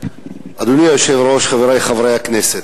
אדוני היושב-ראש, חברי חברי הכנסת,